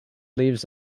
leaves